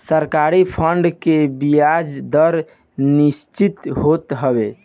सरकारी बांड के बियाज दर निश्चित होत हवे